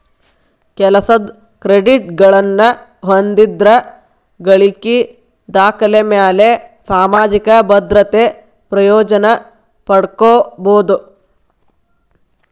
ಕೆಲಸದ್ ಕ್ರೆಡಿಟ್ಗಳನ್ನ ಹೊಂದಿದ್ರ ಗಳಿಕಿ ದಾಖಲೆಮ್ಯಾಲೆ ಸಾಮಾಜಿಕ ಭದ್ರತೆ ಪ್ರಯೋಜನ ಪಡ್ಕೋಬೋದು